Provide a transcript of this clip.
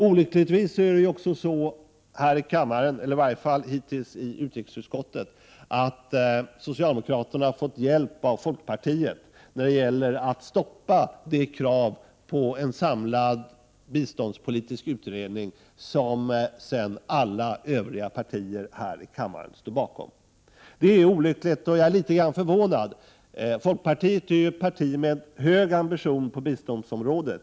Olyckligtvis har det hittills i utrikesutskottet varit så att socialdemokraterna har fått hjälp av folkpartiet när det gällt att stoppa de krav på en samlad biståndspolitisk utredning som alla övriga partier här i riksdagen står bakom. Det är olyckligt, och jag är litet förvånad. Folkpartiet är ett parti med höga ambitioner på biståndsområdet.